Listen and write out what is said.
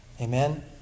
Amen